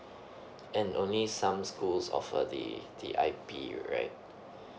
and only some schools offer the the I_P right